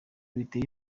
biteye